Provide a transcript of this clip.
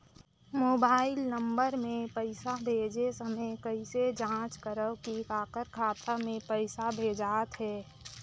Mobile number मे पइसा भेजे समय कइसे जांच करव की काकर खाता मे पइसा भेजात हे?